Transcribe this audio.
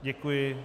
Děkuji.